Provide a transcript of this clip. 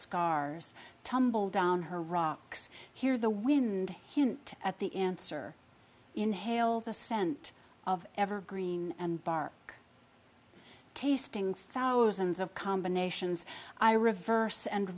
scars tumble down her rocks hear the wind hint at the answer inhale the scent of evergreen and bar tasting thousands of combinations i reverse and